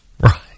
Right